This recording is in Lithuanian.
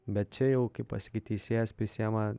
bet čia jau kaip pasakyt teisėjas prisiima